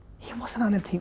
he wasn't on mtv,